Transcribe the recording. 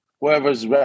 whoever's